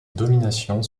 domination